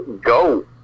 go